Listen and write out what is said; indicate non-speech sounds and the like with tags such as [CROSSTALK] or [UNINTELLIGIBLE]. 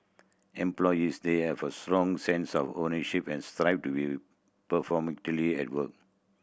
employees there have a strong sense of ownership and strive to be [UNINTELLIGIBLE] at work